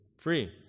Free